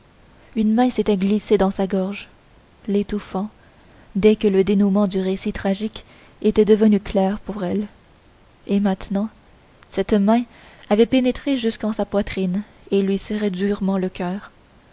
une main s'était glissée dans sa gorge l'étouffant dès que le dénouement du récit tragique était devenu clair pour elle et maintenant cette main avait pénétré jusqu'en sa poitrine et lui serrait durement le coeur